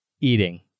eating